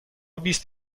بیست